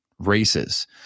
races